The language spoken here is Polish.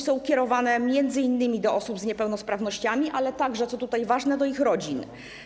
Są kierowane m.in. do osób z niepełnosprawnościami, ale także, co ważne, do ich rodzin.